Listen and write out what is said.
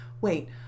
wait